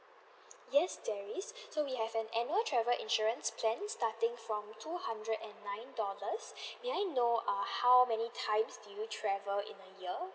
yes there is so we have an annual travel insurance plan starting from two hundred and nine dollars may I know err how many times do you travel in a year